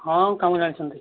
ହଁ କାମ ଜାଣିଛନ୍ତି